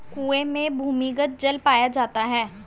कुएं में भूमिगत जल पाया जाता है